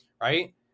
right